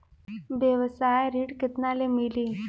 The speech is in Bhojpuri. व्यवसाय ऋण केतना ले मिली?